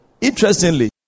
Interestingly